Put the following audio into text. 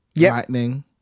lightning